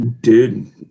Dude